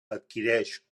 adquireix